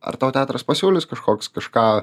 ar tau teatras pasiūlys kažkoks kažką